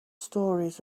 stories